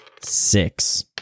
Six